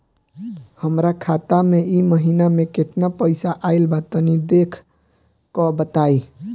हमरा खाता मे इ महीना मे केतना पईसा आइल ब तनि देखऽ क बताईं?